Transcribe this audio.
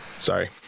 Sorry